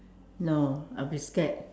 no I'll be scared